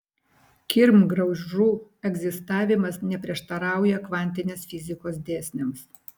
kirmgraužų egzistavimas neprieštarauja kvantinės fizikos dėsniams